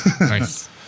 Nice